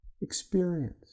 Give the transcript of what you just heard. experience